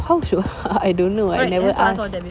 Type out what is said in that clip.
how should I don't know I never ask